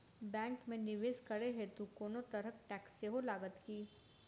Bank मे निवेश करै हेतु कोनो तरहक टैक्स सेहो लागत की?